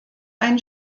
ein